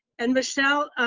and, michelle,